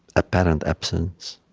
apparent absence,